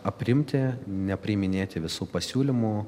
aprimti nepriiminėti visų pasiūlymų